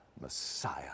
Messiah